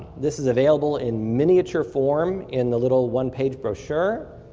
this is available in miniature form in the little one-page brochure.